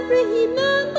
Remember